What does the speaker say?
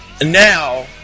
Now